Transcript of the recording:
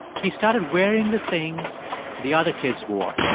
he started wearing the things the other kids wore.